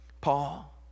Paul